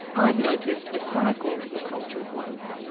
i've noticed a cycle to the culture of woke.